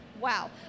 Wow